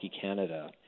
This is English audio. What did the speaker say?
Canada